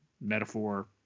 metaphor